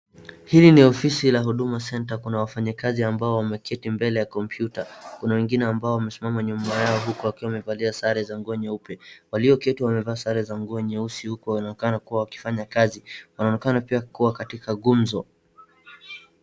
Hili ni ofisi la Huduma Centre kuna wafanyikazi ambao wameketi mbele ya Kompyuta, kuna wengine ambao wamesimama nyuma yao huku wakiwa wamevalia sare za nguo nyeupe, walioketi wamevaa sare za nguo nyeusi huku wanaonekana kuwa wakifanya kazi wanaonekana pia wakiwa katika gumzo.